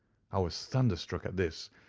i was thunderstruck at this,